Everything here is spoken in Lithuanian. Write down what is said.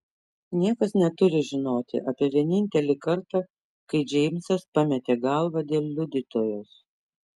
niekas neturi žinoti apie vienintelį kartą kai džeimsas pametė galvą dėl liudytojos